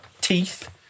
Teeth